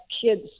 kids